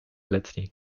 letni